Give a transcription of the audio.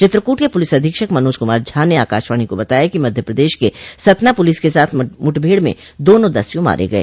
चित्रकूट के पुलिस अधीक्षक मनोज कुमार झा ने आकाशवाणी को बताया कि मध्य प्रदश के सतना पुलिस के साथ मुठभेड़ में दोनों दस्यु मारे गये